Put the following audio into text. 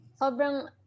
Sobrang